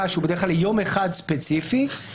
מצדיקה דיון קצת יותר רציני מזה שיש כרגע,